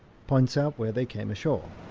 points out where they came ashore.